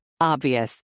Obvious